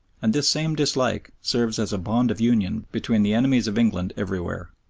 and this same dislike serves as a bond of union between the enemies of england everywhere.